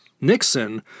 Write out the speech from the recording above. Nixon